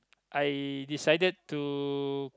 I decided to